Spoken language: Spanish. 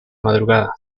madrugada